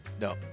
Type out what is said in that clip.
No